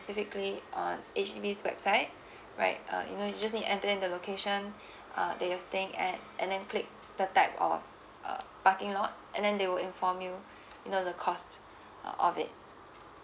specifically on H_D_B's website right uh you know you just need to enter in the location uh that you're staying at and then click the type of uh parking lot and then they will inform you you know the cost of it